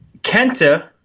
Kenta